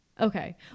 Okay